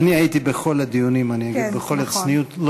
אני הייתי בכל הדיונים, אני אגיד בכל הצניעות.